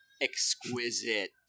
exquisite